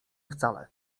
wcale